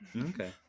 okay